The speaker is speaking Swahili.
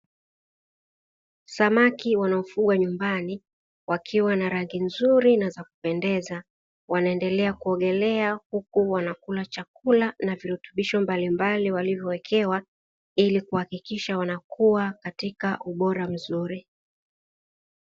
Samaki wanaofugwa nyumbani wakiwa na rangi nzuri na zakupendeza wanaendelea kuogelea huku wanakula chakula na virutubisho mbalimbali walivyowekewa ili kuhakikisha wanakua katika ubora mzuri.